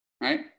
right